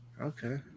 Okay